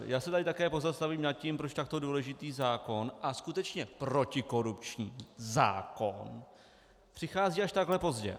Já se tady také pozastavím nad tím, proč takto důležitý zákon a skutečně protikorupční zákon, přichází až takhle pozdě.